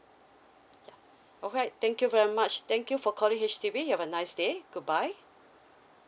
ya alright thank you very much thank you for calling H_D_B you have a nice day goodbye